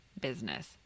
business